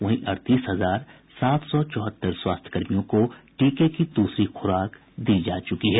वहीं अड़तीस हजार सात सौ चौहत्तर स्वास्थ्य कर्मियों को टीके की दूसरी ख़ुराक दी जा चुकी है